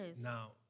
Now